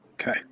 Okay